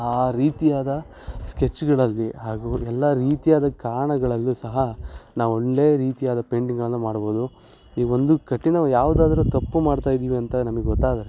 ಆ ರೀತಿಯಾದ ಸ್ಕೆಚ್ಗಳಲ್ಲಿ ಹಾಗೂ ಎಲ್ಲ ರೀತಿಯಾದ ಕಾರಣಗಳಲ್ಲೂ ಸಹ ನಾವು ಒಳ್ಳೆಯ ರೀತಿಯಾದ ಪೇಂಟಿಂಗಳನ್ನು ಮಾಡ್ಬೋದು ಈ ಒಂದು ಕಠಿಣ ಯಾವ್ದಾದ್ರೂ ತಪ್ಪು ಮಾಡ್ತಾ ಇದ್ದೀವಿ ಅಂತ ನಮಗೆ ಗೊತ್ತಾದರೆ